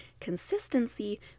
consistency